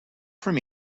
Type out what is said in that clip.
from